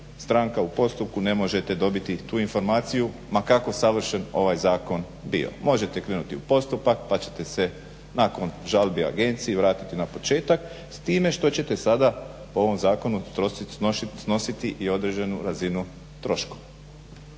u postupku ne možete dobiti tu informaciju ma kako savršen ovaj zakon bio. Možete krenuti u postupak pa ćete se nakon žalbi agenciji vratiti na početak s time što ćete sada po ovom zakonu snositi i određenu razinu troškova,